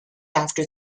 after